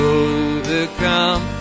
overcome